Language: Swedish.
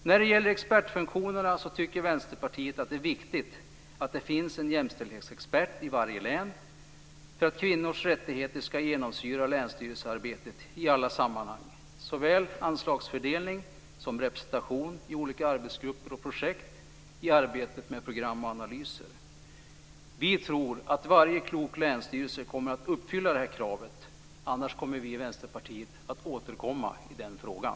När det gäller expertfunktionerna tycker Vänsterpartiet att det är viktigt att det finns en jämställdhetsexpert i varje län för att kvinnors rättigheter ska genomsyra länsstyrelsearbetet i alla sammanhang, såväl i anslagsfördelning som i representation i olika arbetsgrupper och projekt och i arbetet med program och analyser. Vi tror att varje klok länsstyrelse kommer att uppfylla det kravet. Annars kommer vi från Vänsterpartiet att återkomma i den frågan.